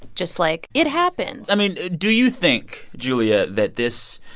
just like it happens i mean, do you think, julia, that this